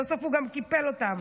שבסוף הוא גם קיפל אותם,